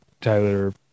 tyler